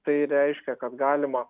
tai reiškia kad galima